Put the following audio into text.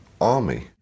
army